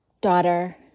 daughter